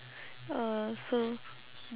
oh so